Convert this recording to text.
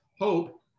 hope